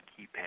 keypad